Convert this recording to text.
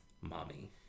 Mommy